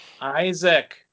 Isaac